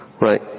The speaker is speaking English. right